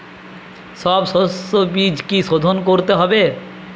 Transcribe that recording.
সব শষ্যবীজ কি সোধন করতে হবে?